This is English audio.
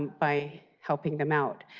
by helping them out.